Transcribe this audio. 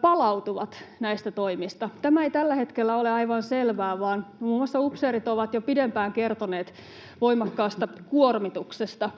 palautuvat näistä toimista. Tämä ei tällä hetkellä ole aivan selvää, vaan muun muassa upseerit ovat jo pidempään kertoneet voimakkaasta kuormituksesta.